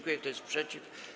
Kto jest przeciw?